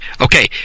Okay